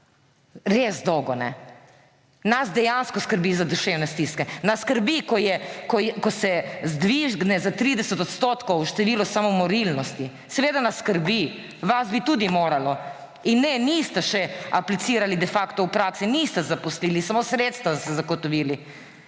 Res dolgo ne. Nas dejansko skrbi za duševne stiske. Nas skrbi, ko se dvigne za 30 % število samomorilnosti. Seveda nas skrbi. Vas bi tudi moralo. In ne, niste še aplicirali de facto v praksi, niste zapustili, samo sredstva ste zagotovili.